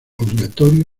obligatorio